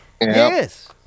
Yes